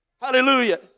Hallelujah